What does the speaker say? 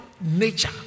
nature